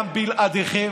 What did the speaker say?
גם בלעדיכם.